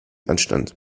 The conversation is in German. anstand